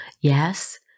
Yes